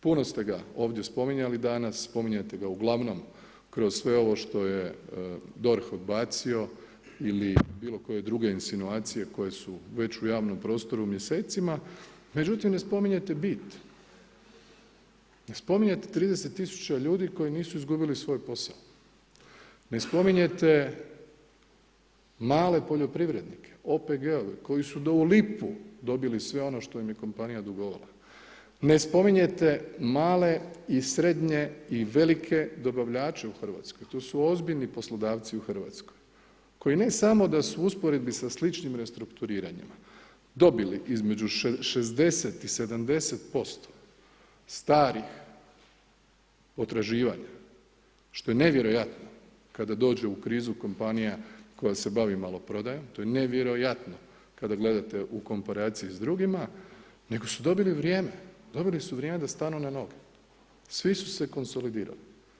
Puno ste ga ovdje spominjali danas, spominjete ga uglavnom kroz sve ovo što je DORH odbacio ili bilo koje druge insinuacije koje su već u javnom prostoru mjesecima, međutim ne spominjete bit, ne spominjete 30 tisuća ljudi koji nisu izgubili svoj posao, ne spominjete male poljoprivrednike, OPG-ove koji su do u lipu dobili sve ono što im je kompanija dugovala, ne spominjete male i srednje i velike dobavljače u Hrvatskoj, to su ozbiljni poslodavci u Hrvatskoj koji ne samo da su u usporedbi sa sličnim restrukturiranjima dobili između 60 i 70% starih potraživanja što je nevjerojatno kada dođe u krizu kompanija koja se bavi maloprodajom, to je nevjerojatno kada gledate u komparaciji s drugima nego su dobili vrijeme, dobili su vrijeme da stanu na noge, svi su se konsolidirali.